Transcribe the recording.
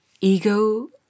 ego